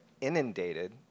inundated